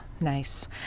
nice